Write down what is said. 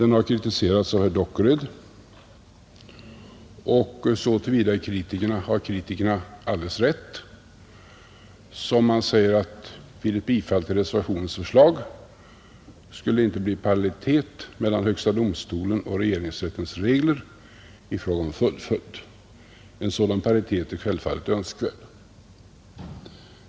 Den har kritiserats av herr Dockered, och så till vida har kritikerna alldeles rätt att det vid ett bifall till reservationens förslag inte skulle bli parallellitet mellan högsta domstolens och regeringsrättens regler i fråga om fullföljd. En sådan parallellitet är självfallet önskvärd.